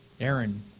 Aaron